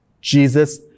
Jesus